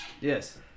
Yes